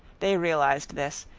they realized this,